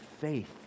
faith